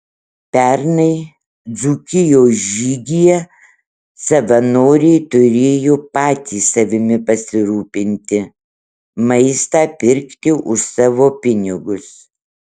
pernai dzūkijos žygyje savanoriai turėjo patys savimi pasirūpinti maistą pirkti už savo pinigus